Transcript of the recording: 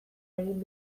egin